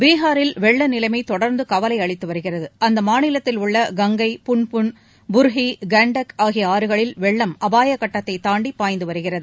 பீஹாரில் வெள்ள நிலைமை தொடர்ந்து கவலை அளித்து வருகிறது அம்மாநிலத்திலுள்ள கங்கை புன்புன் புருகி கான்தக் ஆகிய ஆறுகளில் வெள்ளம் அபாய கட்டத்தை தாண்டி பாய்ந்து வருகிறது